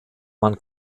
man